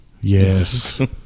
Yes